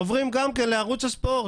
עוברים גם כן לערוץ הספורט,